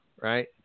right